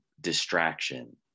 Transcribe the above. distraction